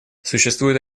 существует